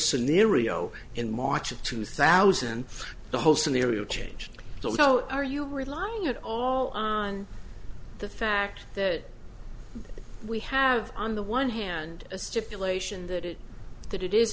scenario in march of two thousand the whole scenario changed so are you relying at all on the fact that we have on the one hand a stipulation that it that it is